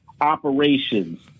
operations